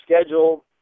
schedule